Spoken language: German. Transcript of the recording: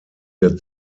der